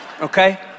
Okay